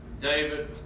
David